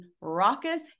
raucous